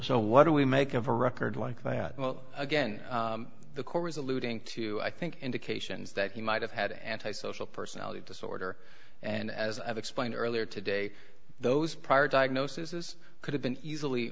so what do we make of a record like that well again the court was alluding to i think indications that he might have had an anti social personality disorder and as i've explained earlier today those prior diagnosis this could have been easily